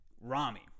Rami